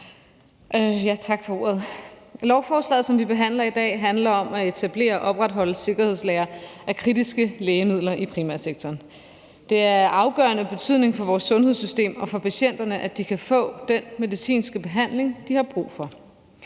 tak for ordet. Lovforslaget, som vi behandler i dag, handler om at etablere og opretholde sikkerhedslagre af kritiske lægemidler i primærsektoren. Det er afgørende betydning for vores sundhedssystem og for patienterne, at de kan få den medicinske behandling, de har brug for.